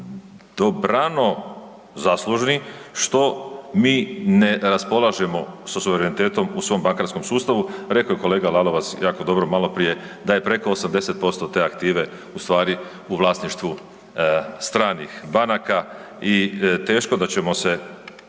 dobrano zaslužni što mi ne raspolažemo sa suverenitetom u svom bankarskom sustavu, rekao je kolega Lalovac jako dobro maloprije, da je preko 80% te aktive ustvari u vlasništvu stranih banaka i teško da ćemo se